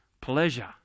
pleasure